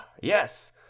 yes